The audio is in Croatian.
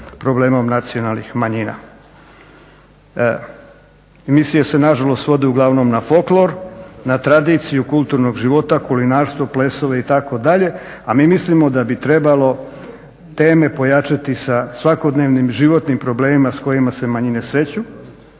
problemom nacionalnih manjina. Emisije se nažalost svode uglavnom na folklor, na tradiciju kulturnog života, kulinarstvo, plesove itd., a mi mislimo da bi trebalo teme pojačati sa svakodnevnim životnim problemima s kojima se manjine sreću,